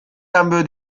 cambio